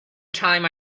time